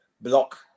block